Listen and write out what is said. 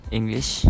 English